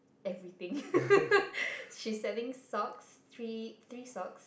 everything she's selling socks three three socks